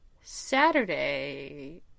Saturday